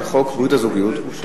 שחוק ברית הזוגיות אושר.